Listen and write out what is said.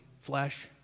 flesh